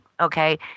Okay